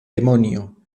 demonio